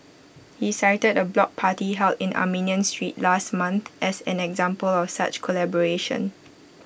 he cited A block party held in Armenian street last month as an example of such collaboration